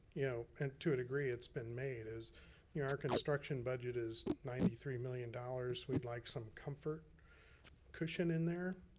you know and to a degree it's been made, is you know our construction budget is ninety three million dollars dollars. we'd like some comfort cushion in there.